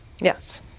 Yes